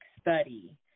Study